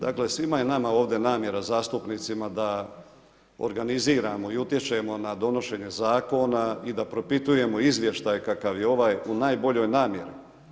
Dakle svima je nama ovdje namjera zastupnicima da organiziramo i utječemo na donošenje zakona i da propitujemo izvješće kakav je ovaj u najboljoj namjeri.